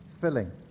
filling